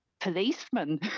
policeman